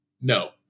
No